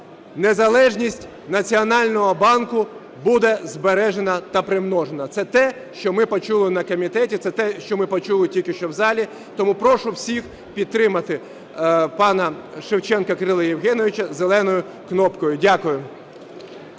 незалежність Національного банку буде збережена та примножена. Це те, що ми почули на комітеті, це те, що ми почули тільки що в залі. Тому прошу всіх підтримати пана Шевченка Кирила Євгеновича зеленою кнопкою. Дякую.